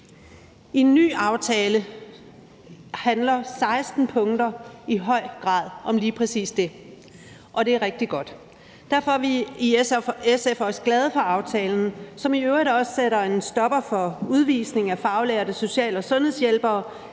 I en ny aftale handler 16 punkter i høj grad om lige præcis det, og det er rigtig godt. Derfor er vi i SF også glade for aftalen, som i øvrigt også sætter en stopper for udvisning af faglærte social- og sundhedshjælpere